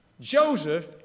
Joseph